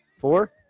Four